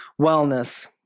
wellness